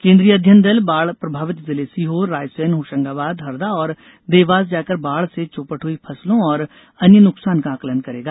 केंद्रीय अध्ययन दल बाढ़ प्रभावित जिले सीहोर रायसेन होशंगाबाद हरदा और देवास जाकर बाढ़ से चौपट हुई फसलों और अन्य नुकसान का आंकलन करेगा